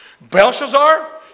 Belshazzar